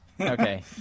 Okay